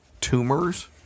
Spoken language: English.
tumors